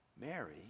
Mary